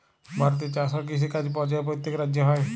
ভারতে চাষ আর কিষিকাজ পর্যায়ে প্যত্তেক রাজ্যে হ্যয়